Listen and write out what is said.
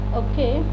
okay